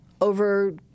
over